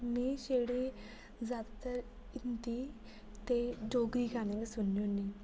में छड़े जादातर हिन्दी ते डोगरी गाने गै सुननी होनी